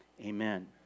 Amen